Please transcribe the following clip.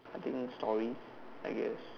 I think story I guess